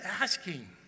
asking